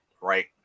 right